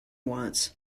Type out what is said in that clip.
wants